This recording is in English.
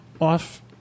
off